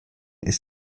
ist